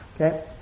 okay